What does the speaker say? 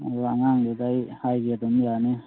ꯑꯗꯨ ꯑꯉꯥꯡꯗꯨꯗ ꯑꯩ ꯍꯥꯏꯒꯦ ꯑꯗꯨꯝ ꯌꯥꯅꯤ